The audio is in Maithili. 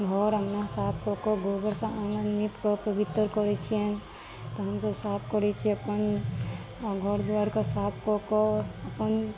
घर आङ्गन हम साफ कऽ कऽ गोबरसँ आनन्द नीप कऽ पवित्र करै छियनि तऽ हमसब साफ करै छियै अपन घर दुआरिके साफ कऽ कऽ अपन